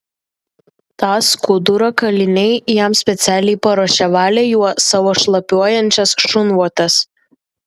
tą skudurą kaliniai jam specialiai paruošė valė juo savo šlapiuojančias šunvotes